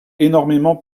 énormément